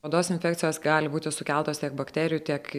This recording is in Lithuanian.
odos infekcijos gali būti sukeltas tiek bakterijų tiek